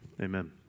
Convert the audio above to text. amen